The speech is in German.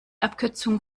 abkürzung